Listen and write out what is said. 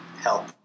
help